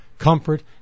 comfort